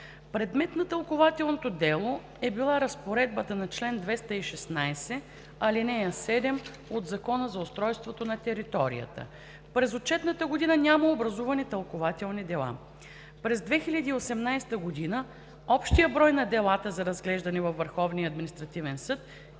Предмет на тълкувателното дело е била разпоредбата на чл. 216, ал. 7 от Закона за устройство на територията. През отчетната година няма образувани тълкувателни дела. През 2018 г. общият брой на делата за разглеждане във Върховния административен съд